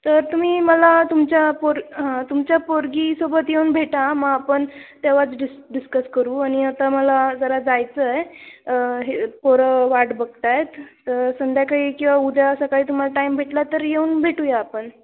तर तुम्ही मला तुमच्या पोर हां तुमच्या पोरगीसोबत येऊन भेटा मग आपण तेव्हाच डिस् डिस्कस करू आणि आता मला जरा जायचं आहे हे पोरं वाट बघत आहेत तर संध्याकाळी किंवा उद्या सकाळी तुम्हाला टाईम भेटला तर येऊन भेटूया आपण